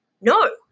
no